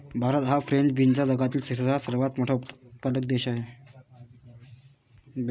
भारत हा फ्रेंच बीन्सचा जगातील तिसरा सर्वात मोठा उत्पादक देश आहे